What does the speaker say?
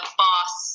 boss